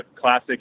classic